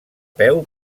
peu